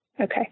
Okay